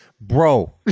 bro